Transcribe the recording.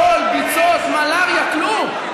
חול, ביצות, מלריה, כלום.